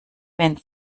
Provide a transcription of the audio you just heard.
wenn